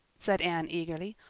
said anne eagerly.